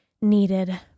needed